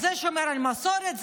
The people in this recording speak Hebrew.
זה שומר על המסורת,